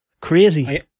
Crazy